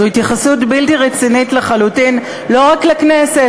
זאת התייחסות בלתי רצינית לחלוטין לא רק לכנסת,